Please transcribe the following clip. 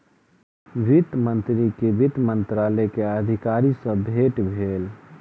वित्त मंत्री के वित्त मंत्रालय के अधिकारी सॅ भेट भेल